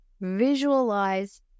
visualize